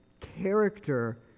character